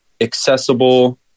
accessible